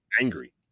angry